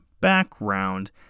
background